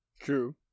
True